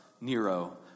Nero